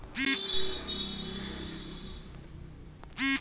काँच केराक उपजा मे केरल आ आंध्र प्रदेश सौंसे भारत मे टाँप पर छै